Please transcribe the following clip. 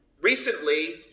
Recently